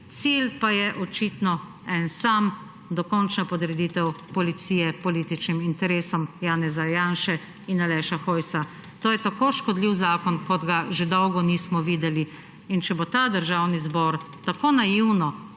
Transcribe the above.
Cilj pa je očitno eden sam – dokončna podreditev policije političnim interesom Janeza Janše in Aleša Hojsa. To je tako škodljiv zakon, kot ga že dolgo nismo videli. Če bo Državni zbor tako naivno